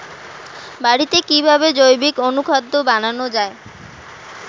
বাড়িতে কিভাবে জৈবিক অনুখাদ্য বানানো যায়?